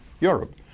Europe